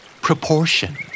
Proportion